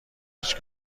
هیچ